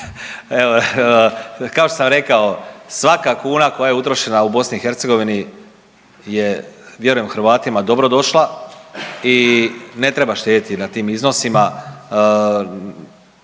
Evo kao što sam rekao svaka kuna koja je utrošena u BiH je vjerujem Hrvatima dobrodošla i ne treba štedjeti na tim iznosima